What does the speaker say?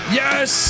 yes